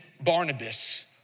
Barnabas